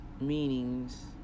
meanings